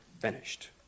finished